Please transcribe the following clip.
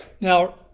Now